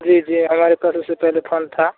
जी जी हमारे पास उससे पहले फोन था